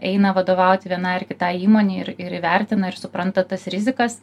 eina vadovauti vienai ar kitai įmonei ir ir įvertina ir supranta tas rizikas